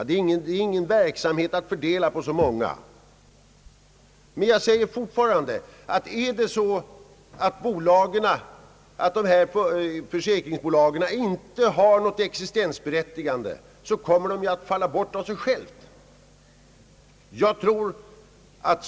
Det är ingen verksamhet att fördela på så många företag. Jag anser fortfarande, att om dessa bolag inte har något existensberättigande, så kommer de att falla bort av sig själva.